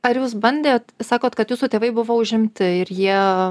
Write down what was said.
ar jūs bandėt sakot kad jūsų tėvai buvo užimti ir jie